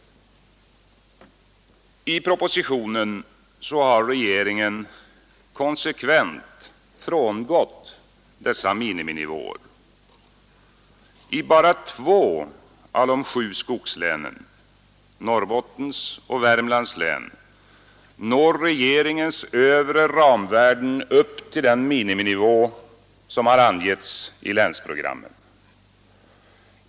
I propositionen har regeringen konsekvent frångått dessa miniminivåer. I bara två av de sju skogslänen, Norrbottens och Värmlands län, når regeringens övre ramvärden upp till den miniminivå som angivits i länsprogrammen.